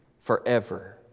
forever